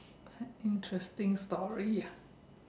interesting story ah